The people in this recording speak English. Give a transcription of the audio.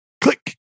click